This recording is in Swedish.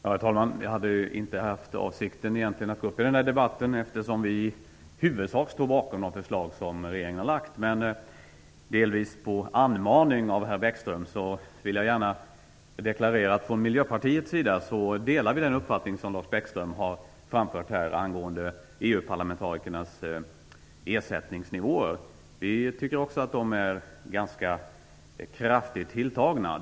Herr talman! Jag hade egentligen inte för avsikt att gå upp i den här debatten, eftersom vi i huvudsak står bakom de förslag som regeringen har framlagt. Delvis på anmaning av herr Bäckström vill jag gärna deklarera att vi från Miljöpartiets sida delar den uppfattning som Lars Bäckström har framfört angående EU parlamentarikernas ersättningsnivåer. Vi tycker också att de är ganska kraftigt tilltagna.